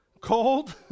Cold